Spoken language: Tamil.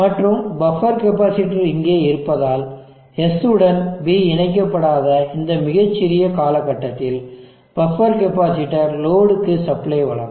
மற்றும் பஃப்பர் கெப்பாசிட்டர் இங்கே இருப்பதால் S உடன் B இணைக்கப்படாத இந்த மிகச் சிறிய காலகட்டத்தில் பஃப்பர் கெப்பாசிட்டர் லோடுக்கு சப்ளை வழங்கும்